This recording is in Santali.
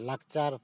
ᱞᱟᱠᱪᱟᱨ